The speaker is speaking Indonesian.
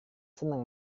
senang